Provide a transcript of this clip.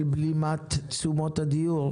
של בלימת תשומות הדיור.